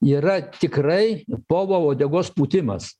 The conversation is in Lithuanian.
yra tikrai povo uodegos pūtimas